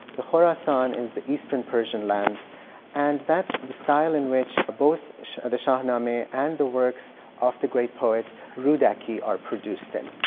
the khurasan is the eastern persian lands and that's the style in which both the shahnameh and the works of the great poet, rudaki are produced in.